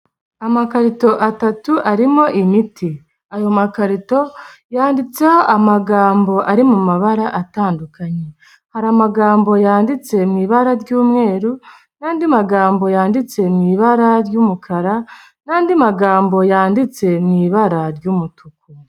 Amakarito atatu arimo imiti. Ayo makarito yanditseho amagambo ari mu mabara atandukanye. Hari amagambo yanditse mu ibara ry'umweru, n'andi magambo yanditse mu ibara ry'umukara, n'andi magambo yanditse mu ibara ry'umutuku.